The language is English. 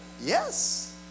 Yes